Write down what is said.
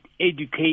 educate